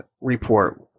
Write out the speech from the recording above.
report